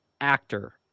actor